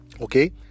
okay